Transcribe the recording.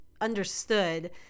understood